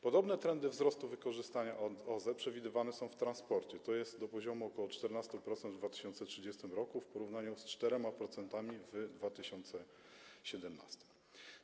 Podobne trendy wzrostu wykorzystania OZE przewidywane są w transporcie, tj. do poziomu ok. 14% w 2030 r. w porównaniu z 4% w 2017 r.